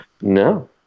No